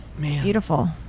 Beautiful